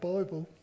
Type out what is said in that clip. Bible